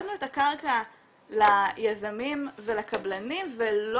סבסדנו את הקרקע ליזמים ולקבלנים ולא